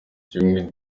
during